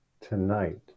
tonight